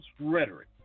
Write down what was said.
rhetoric